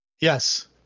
Yes